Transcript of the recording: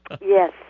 Yes